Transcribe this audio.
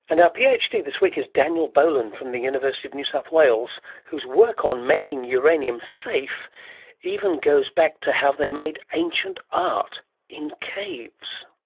and our phd this week is daniel boland from the university of new south wales, whose work on making uranium safe even goes back to how they made ancient art in caves.